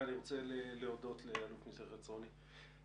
רוצה להודות לאלוף משנה אוריה חצרוני.